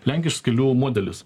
lenkijos kelių modelis